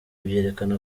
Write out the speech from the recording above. byerekana